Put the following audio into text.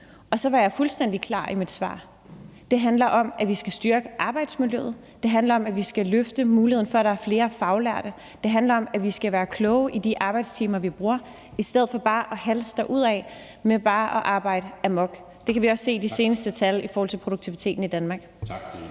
Så var jeg fuldstændig klar i mit svar. Det handler om, at vi skal styrke arbejdsmiljøet. Det handler om, at vi skal løfte muligheden for, at der er flere faglærte. Det handler om, at vi skal være kloge i de arbejdstimer, vi bruger – i stedet for bare at halse derudad med bare at arbejde amok. Det kan vi også se i de seneste tal i forhold til produktiviteten i Danmark.